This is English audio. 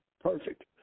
perfect